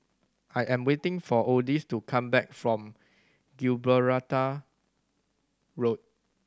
I am waiting for Odis to come back from Gibraltar Road